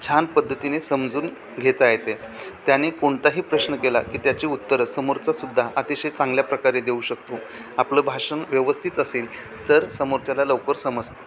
छान पद्धतीने समजून घेता येते त्याने कोणताही प्रश्न केला की त्याची उत्तर समोरचासुद्धा अतिशय चांगल्या प्रकारे देऊ शकतो आपलं भाषण व्यवस्थित असेल तर समोरच्याला लवकर समजतं